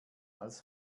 als